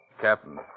Captain